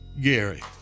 Gary